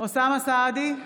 אוסאמה סעדי,